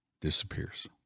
disappears